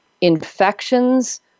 infections